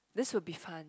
this would be fun